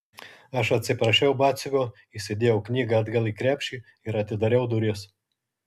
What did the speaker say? aš atsiprašiau batsiuvio įsidėjau knygą atgal į krepšį ir atidariau duris